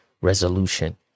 resolution